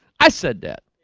i said that